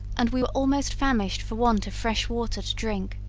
and we were almost famished for want of fresh water to drink.